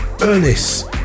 Ernest